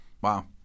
Wow